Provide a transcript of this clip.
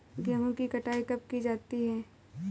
गेहूँ की कटाई कब की जाती है?